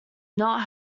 not